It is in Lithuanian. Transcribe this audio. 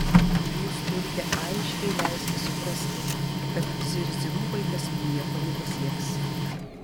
jūs turite aiškiai leisti suprasti kad zirzimu vaikas nieko nepasieks